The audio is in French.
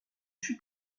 fut